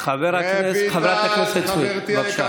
חברת הכנסת סויד, בבקשה.